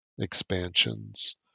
expansions